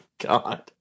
god